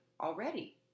already